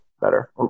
better